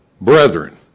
brethren